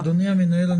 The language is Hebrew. אדוני המנהל,